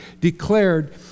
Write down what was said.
declared